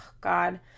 God